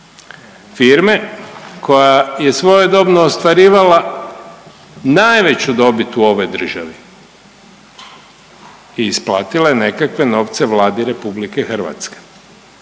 firme koja je svojedobno ostvarivala najveću dobit u ovoj državi i isplatila je nekakve novce Vladi RH i to